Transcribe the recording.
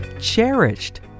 cherished